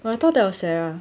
oh I thought that was sarah